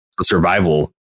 survival